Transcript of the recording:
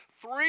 Three